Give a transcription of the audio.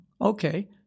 okay